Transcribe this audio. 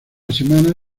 semana